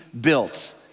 built